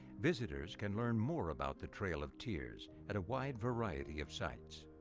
visitors can learn more about the trail of tears at a wide variety of sites.